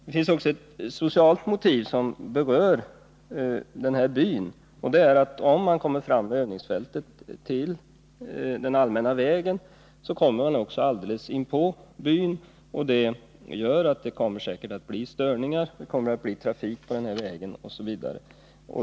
Det finns också ett socialt motiv som berör denna by. Om övningsfältet kommer fram till den allmänna vägen så kommer det alldeles inpå byn, och det innebär att det säkert blir störningar, som trafiken på vägen osv.